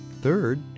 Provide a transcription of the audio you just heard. Third